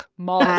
malls.